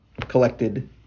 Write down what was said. collected